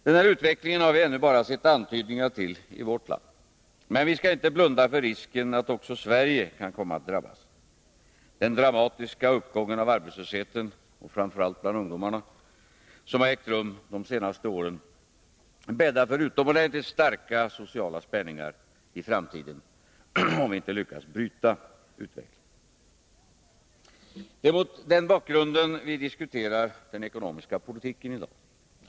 Den här utvecklingen har vi ännu bara sett antydningar tilli vårt land. Men vi skall inte blunda för risken att även Sverige kan komma att drabbas. Den dramatiska uppgången av arbetslösheten — och då framför allt bland ungdomar — som ägt rum under de senaste åren bäddar för utomordentligt starka sociala spänningar i framtiden, om vi inte lyckas bryta utvecklingen. Det är mot den bakgrunden vi diskuterar den ekonomiska politiken här i dag.